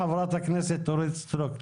בבקשה, חברת הכנסת אורית סטרוק.